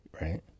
right